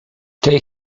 tej